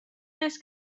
است